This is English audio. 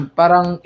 parang